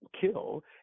kill